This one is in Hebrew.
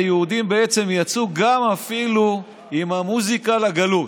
היהודים בעצם יצאו אפילו עם המוזיקה לגלות,